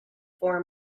form